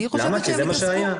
אני חושבת שהם התעסקו.